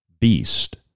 beast